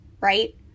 right